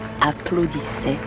applaudissaient